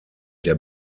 der